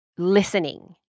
listening